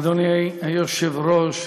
אדוני היושב-ראש,